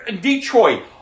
Detroit